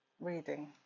Reading